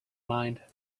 mind